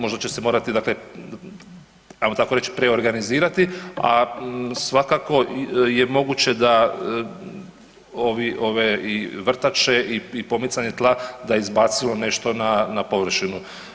Možda će se morati dakle ajmo tako reći preorganizirati, a svakako je moguće ove i vrtače i pomicanje tla da je izbacilo nešto na površinu.